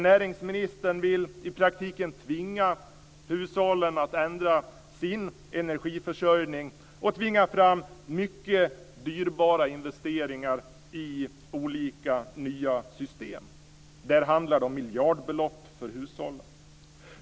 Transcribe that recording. Näringsministern vill i praktiken tvinga hushållen att ändra sin energiförsörjning och tvinga fram mycket dyrbara investeringar i olika nya system. Det handlar om miljardbelopp för hushållen.